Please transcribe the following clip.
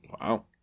Wow